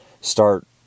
start